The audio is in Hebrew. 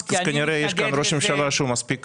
כנראה יש פה ראש ממשלה שהוא מספיק